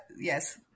yes